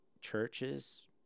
churches